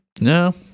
No